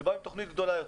שבאו עם תוכנית גדולה יותר.